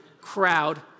crowd